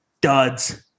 duds